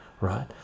right